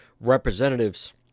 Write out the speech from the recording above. representatives